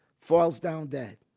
falls down dead.